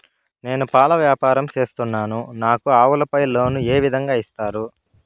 నేను పాల వ్యాపారం సేస్తున్నాను, నాకు ఆవులపై లోను ఏ విధంగా ఇస్తారు